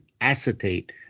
acetate